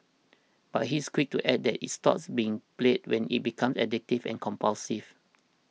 but he's quick to add that it stops being play when it becomes addictive and compulsive